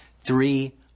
three